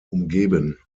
umgeben